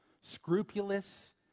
scrupulous